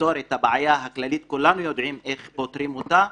לפתור את הבעיה הכללית כולנו יודעים איך פותרים אותה.